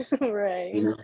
Right